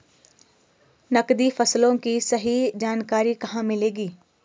नकदी फसलों की सही जानकारी कहाँ मिलेगी?